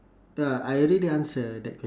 uh I already answer that question